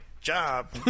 job